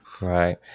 right